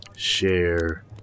share